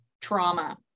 trauma